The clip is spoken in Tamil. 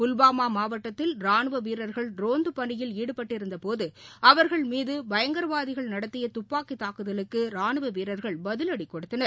புல்வாமா மாவட்டத்தில் ராணுவ வீரர்கள் ரோந்து பணியில் ஈடுபட்டிருந்தபோது அவர்கள் மீது பயங்கரவாதிகள் நடத்திய துப்பாக்கி தாக்குதலுக்கு ராணுவ வீரர்கள் பதிவடி கொடுத்தனர்